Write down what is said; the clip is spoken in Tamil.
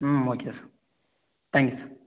ம் ஓகே சார் தேங்க்யூ சார்